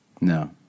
No